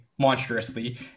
monstrously